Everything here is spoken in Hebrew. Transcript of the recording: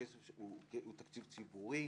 הכסף הוא תקציב ציבורי.